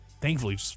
thankfully